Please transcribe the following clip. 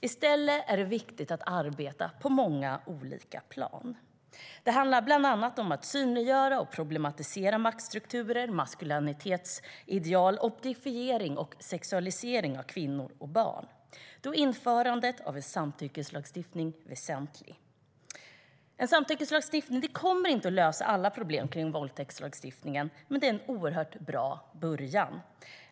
I stället är det är viktigt att arbeta på många olika plan. Det handlar bland annat om att synliggöra och problematisera maktstrukturer, maskulinitetsideal, objektifiering och sexualisering av kvinnor och barn. Då är införandet av en samtyckeslagstiftning väsentlig. En samtyckeslagstiftning kommer inte att lösa alla problem kring våldtäktslagstiftningen, men det är en oerhört bra början.